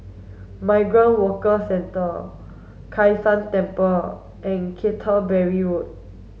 Migrant Workers Centre Kai San Temple and Canterbury Road